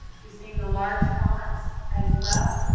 you're seeing the large fonts as well.